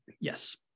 Yes